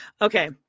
Okay